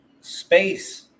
space